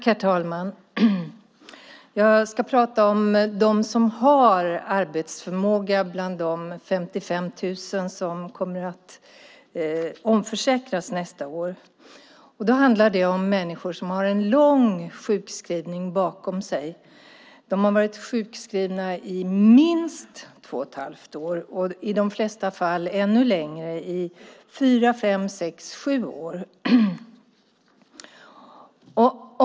Herr talman! Jag ska prata om dem som har arbetsförmåga bland de 55 000 som kommer att omförsäkras nästa år. Det handlar om människor som har en lång sjukskrivning bakom sig. De har varit sjukskrivna i minst två och ett halvt år och i de flesta fall ännu längre: fyra, fem, sex eller sju år.